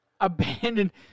abandoned